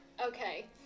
Okay